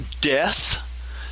death